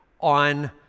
on